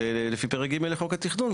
לפי פרק ג' לחוק התכנון,